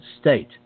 state